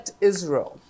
Israel